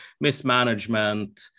mismanagement